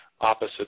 opposite